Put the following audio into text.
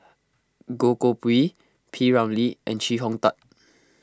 Goh Koh Pui P Ramlee and Chee Hong Tat